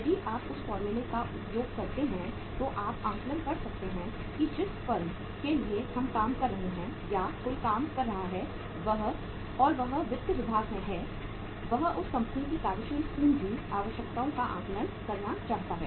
यदि आप उस फॉर्मूले का उपयोग करते हैं तो आप आकलन कर सकते हैं कि जिस फर्म के लिए हम काम कर रहे हैं या कोई काम कर रहा है और वह वित्त विभाग में है वह उस कंपनी की कार्यशील पूंजी आवश्यकताओं का आकलन करना चाहता है